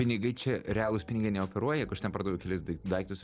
pinigai čia realūs pinigai neoperuoja jeigu aš ten pardaviau kelis dai daiktus